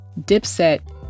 Dipset